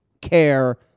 care